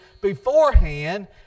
beforehand